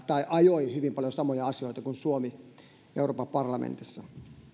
tai ajoi hyvin paljon samoja asioita kuin suomi euroopan parlamentissa